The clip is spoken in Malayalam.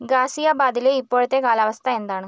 ഗാസിയാബാദിലെ ഇപ്പോഴത്തെ കാലാവസ്ഥ എന്താണ്